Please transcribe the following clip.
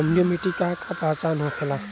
अम्लीय मिट्टी के का पहचान होखेला?